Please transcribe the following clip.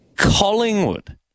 Collingwood